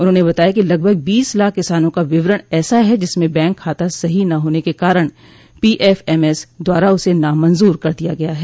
उन्होंने बताया कि लगभग बीस लाख किसानों का विवरण ऐसा है जिसमें बैंक खाता सही न होने के कारण पीएफएमएस द्वारा उसे नामंजर कर दिया गया है